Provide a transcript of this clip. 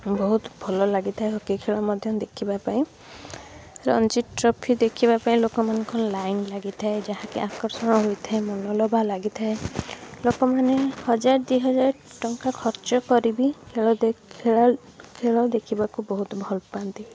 ବହୁତ ଭଲ ଲାଗିଥାଏ ହକି ଖେଳ ମଧ୍ୟ ଦେଖିବା ପାଇଁ ରଣଜି ଟ୍ରଫି ଦେଖିବା ପାଇଁ ଲୋକମାନଙ୍କ ଲାଇନ୍ ଲାଗିଥାଏ ଯାହାକି ଆକର୍ଷଣ ହୋଇଥାଏ ମନଲୋଭା ଲାଗିଥାଏ ଲୋକମାନେ ହଜାର ଦୁଇ ହଜାର ଟଙ୍କା ଖର୍ଚ୍ଚ କରି ବି ଖେଳ ଖେଳ ଖେଳ ଦେଖିବାକୁ ବହୁତ ଭଲପାଆନ୍ତି